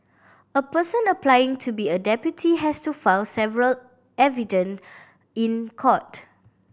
a person applying to be a deputy has to file several affidavit in court